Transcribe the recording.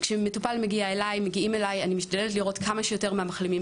אני משתדלת אגב לראות כמה שיותר מחלימים,